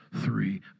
three